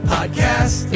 Podcast